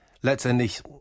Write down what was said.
letztendlich